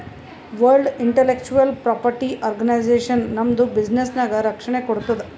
world intellectual property organisation ನಮ್ದು ಬಿಸಿನ್ನೆಸ್ಗ ರಕ್ಷಣೆ ಕೋಡ್ತುದ್